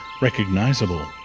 recognizable